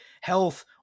Health